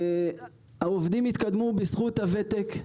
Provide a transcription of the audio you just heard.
העובדים התקדמו בזכות הוותק,